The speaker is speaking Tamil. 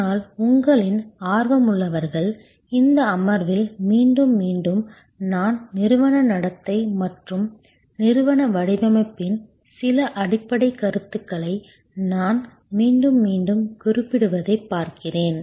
ஆனால் உங்களில் ஆர்வமுள்ளவர்கள் இந்த அமர்வில் மீண்டும் மீண்டும் நான் நிறுவன நடத்தை மற்றும் நிறுவன வடிவமைப்பின் சில அடிப்படைக் கருத்துகளை நான் மீண்டும் மீண்டும் குறிப்பிடுவதைப் பார்க்கிறேன்